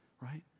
right